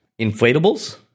Inflatables